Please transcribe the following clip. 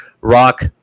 Rock